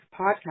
podcast